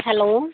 hello